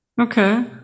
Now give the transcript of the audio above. Okay